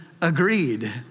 agreed